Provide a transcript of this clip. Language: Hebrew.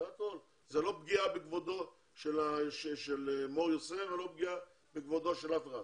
זאת לא פגיעה בכבודו של מור יוסף ולא פגיעה בכבודו של אף אחד.